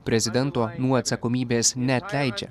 prezidento nuo atsakomybės neatleidžia